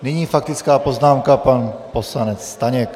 Nyní faktická poznámka, pan poslanec Staněk.